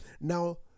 Now